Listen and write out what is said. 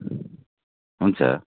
हुन्छ